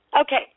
Okay